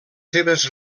seves